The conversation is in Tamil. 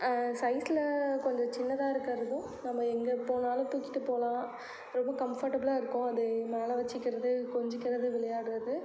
சைஸில் கொஞ்சம் சின்னதாக இருக்கிறதும் நம்ம எங்கே போனாலும் தூக்கிட்டுப் போகலாம் ரொம்ப கம்ஃபர்ட்டபுளாக இருக்கும் அது மேலே வச்சுக்கிறது கொஞ்சிக்கிறது விளையாடறது